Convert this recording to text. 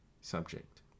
subject